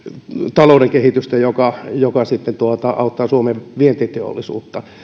talouden kehitystä joka joka auttaa suomen vientiteollisuutta